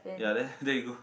ya there there you go